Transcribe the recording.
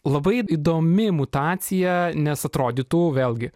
labai įdomi mutacija nes atrodytų vėlgi